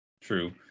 True